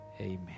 amen